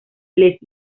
les